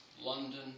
London